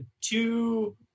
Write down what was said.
Two